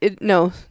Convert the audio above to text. No